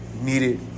needed